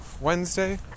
Wednesday